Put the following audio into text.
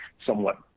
somewhat